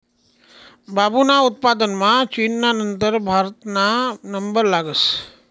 बांबूना उत्पादनमा चीनना नंतर भारतना नंबर लागस